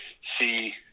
see